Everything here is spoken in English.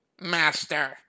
master